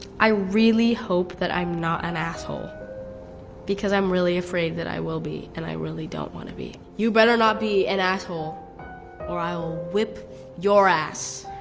i really hope that i'm not an asshole because i'm really afraid that i will be and i really don't want to be. you better not be an asshole or i'll whip your ass.